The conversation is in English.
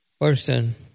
person